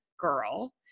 girl